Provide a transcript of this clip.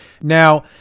Now